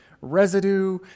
residue